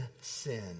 sin